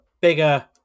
bigger